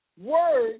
word